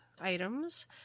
items